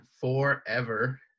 forever